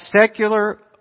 secular